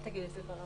אל תגיד את זה.